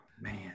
man